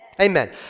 amen